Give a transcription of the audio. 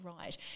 right